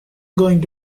going